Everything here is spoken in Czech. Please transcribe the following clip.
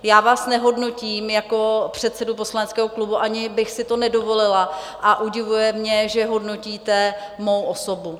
Já vás nehodnotím jako předsedu poslaneckého klubu, ani bych si to nedovolila, a udivuje mě, že hodnotíte mou osobu.